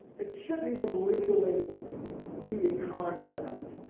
it shouldn't even legally be a contract.